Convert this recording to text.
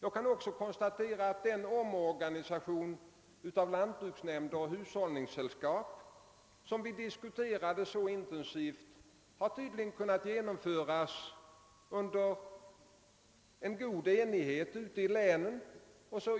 Jag kan också konstatera att den omorganisation av lantbruksnämnder och hushållningssällskap, som vi diskuterade så intensivt, tydligen har kunnat genomföras under en god enighet ute i länen.